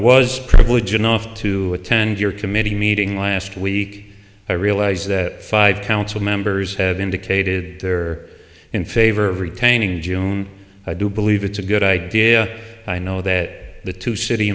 was privileged enough to attend your committee meeting last week i realize that five council members have indicated they're in favor of retaining i do believe it's a good idea i know that the two city